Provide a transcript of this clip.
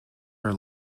her